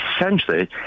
essentially